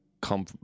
come